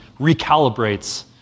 recalibrates